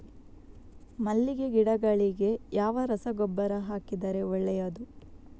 ಮಲ್ಲಿಗೆ ಗಿಡಗಳಿಗೆ ಯಾವ ರಸಗೊಬ್ಬರ ಹಾಕಿದರೆ ಒಳ್ಳೆಯದು?